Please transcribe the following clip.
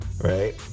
right